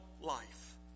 life